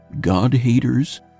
God-haters